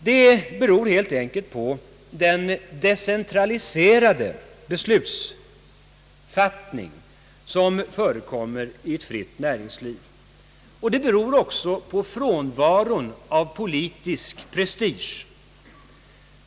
Det beror helt enkelt på den decentraliserade beslutsfattning, som förekommer i ett fritt näringsliv, och på frånvaron av politisk prestige.